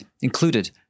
included